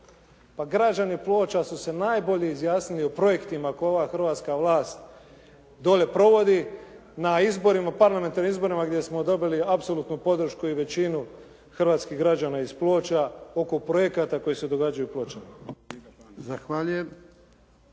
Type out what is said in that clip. građani Ploča su se najbolje izjasnili o projektima koje ova hrvatska vlast dolje provodi na izborima, parlamentarnim izborima gdje smo dobili apsolutnu podršku i većinu hrvatskih građana iz Ploča oko projekata koji se događaju u Pločama.